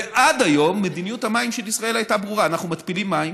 ועד היום מדיניות המים של ישראל הייתה ברורה: אנחנו מתפילים מים